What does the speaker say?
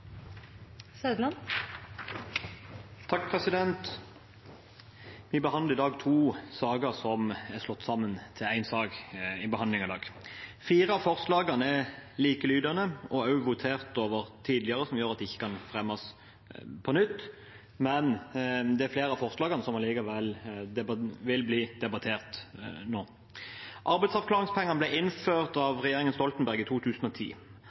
slått sammen til én sak. Fire av forslagene er likelydende, og også votert over tidligere, noe som gjør at de ikke kan fremmes på nytt, men det er flere av forslagene som allikevel vil bli debattert nå. Arbeidsavklaringspenger ble innført av regjeringen Stoltenberg i 2010,